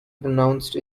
pronounced